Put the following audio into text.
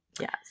Yes